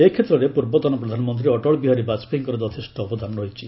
ଏ କ୍ଷେତ୍ରରେ ପୂର୍ବତନ ପ୍ରଧାନମନ୍ତ୍ରୀ ଅଟଳ ବିହାରୀ ବାଜପେୟୀଙ୍କର ଯଥେଷ୍ଟ ଅବଦାନ ରହିଛି